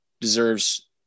deserves